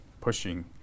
pushing